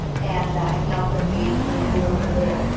and and he also engaged, as you'll see a little bit later,